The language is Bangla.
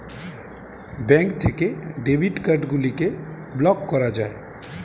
ব্যাঙ্ক থেকে ডেবিট কার্ড গুলিকে ব্লক করা যায়